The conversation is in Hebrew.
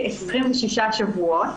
כ-26 שבועות.